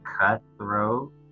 cutthroat